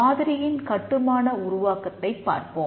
மாதிரியின் கட்டுமான உருவாக்கத்தைப் பார்ப்போம்